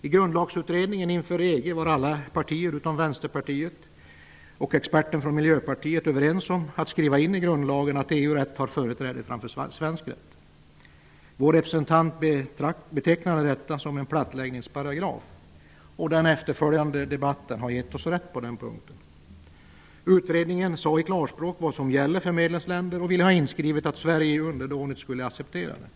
I grundlagsutredningen inför EG var alla partier utom Vänsterpartiet och experten från Miljöpartiet överens om att i grundlagen skriva in att EU-rätt har företräde framför svensk rätt. Vår representant betraktade detta som en plattläggningsparagraf, och den efterföljande debatten har gett oss rätt på den punkten. Utredningen sade i klarspråk vad som gäller för medlemsländer och ville ha inskrivet att Sverige underdånigt skulle acceptera detta.